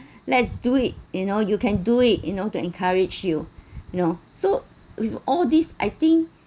let's do it you know you can do it you know to encourage you you know so with all these I think